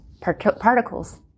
particles